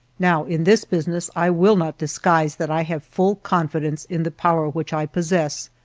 now, in this business, i will not disguise that i have full confidence in the power which i possess,